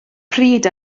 pryd